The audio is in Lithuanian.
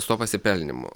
su tuo pasipelnymu